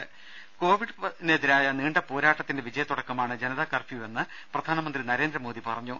ദേദ കോവിഡിന് എതിരായ നീണ്ട പോരാട്ടത്തിന്റെ വിജയത്തുടക്കമാണ് ജനതാ കർഫ്യൂവെന്ന് പ്രധാനമന്ത്രി നരേന്ദ്ര മോദി പറഞ്ഞു